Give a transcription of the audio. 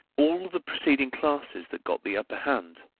all the preceding classes that got the upper hand,